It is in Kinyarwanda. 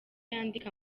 yandika